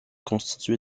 constitué